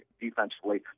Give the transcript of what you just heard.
defensively